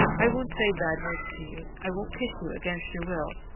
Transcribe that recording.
i won't say bad words to you, i won't kiss you against your will,